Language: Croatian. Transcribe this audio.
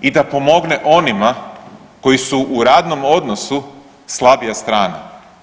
i da pomogne onima koji su u radnom odnosu slabija strana.